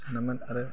होनामोन आरो